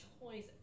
toys